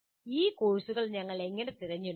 ഈ കോഴ്സുകൾ ഞങ്ങൾ എങ്ങനെ തിരഞ്ഞെടുക്കും